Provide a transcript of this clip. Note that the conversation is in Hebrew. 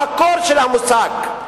המקור של המושג,